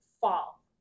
fall